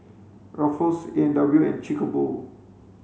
Ruffles A and W and Chic a Boo